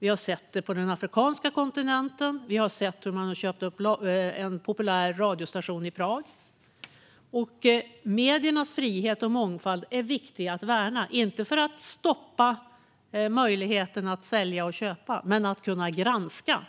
Vi har sett det på den afrikanska kontinenten, och vi har sett hur man har köpt upp en populär radiostation i Prag. Mediernas frihet och mångfald är viktiga att värna, inte för att stoppa möjligheten att sälja och köpa men för att kunna granska